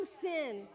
sin